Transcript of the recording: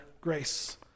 grace